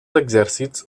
exèrcits